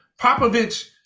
Popovich